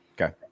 Okay